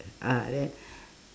ah then